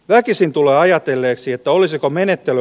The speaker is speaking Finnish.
väkisin tulla ajatelleeksi että olisiko menettely